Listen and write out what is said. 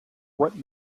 what